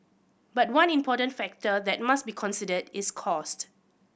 but one important factor that must be considered is cost